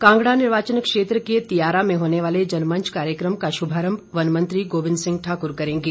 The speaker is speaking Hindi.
कांगड़ा निर्वाचन क्षेत्र के तियारा में होने वाले जनमंच कार्यक्रम का शुभारंभ वनमंत्री गोविंद सिंह ठाकुर करेंगे